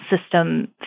system